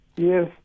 Yes